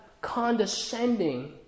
condescending